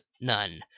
None